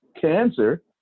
cancer